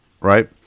right